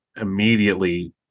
immediately